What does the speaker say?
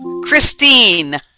Christine